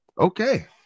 Okay